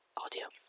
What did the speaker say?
audio